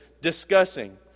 discussing